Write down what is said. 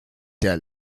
der